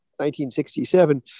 1967